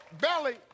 belly